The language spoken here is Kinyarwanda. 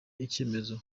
icyemezo